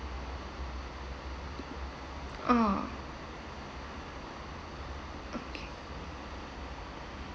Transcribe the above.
orh